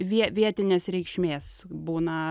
vie vietinės reikšmės būna